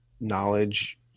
knowledge